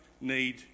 need